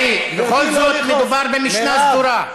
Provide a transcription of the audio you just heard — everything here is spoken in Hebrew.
תירגעי, תירגעי, בכל זאת מדובר במשנה סדורה.